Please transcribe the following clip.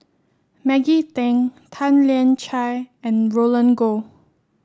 Maggie Teng Tan Lian Chye and Roland Goh